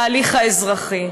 ההליך האזרחי.